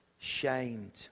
shamed